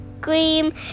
scream